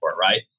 right